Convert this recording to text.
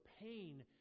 pain